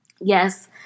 Yes